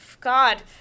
God